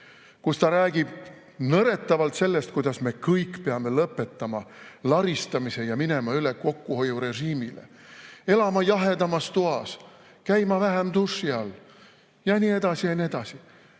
kus ta räägib nõretavalt sellest, kuidas me kõik peame lõpetama laristamise ja minema üle kokkuhoiurežiimile, elama jahedamas toas, käima vähem duši all ja nii edasi, ja nii edasi.